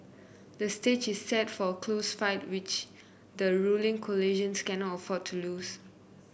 the stage is set for a close fight which the ruling coalition cannot afford to lose